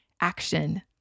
action